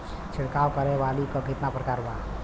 छिड़काव करे वाली क कितना प्रकार बा?